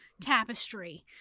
tapestry